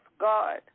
God